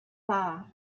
far